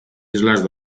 islas